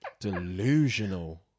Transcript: Delusional